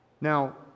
Now